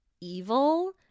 evil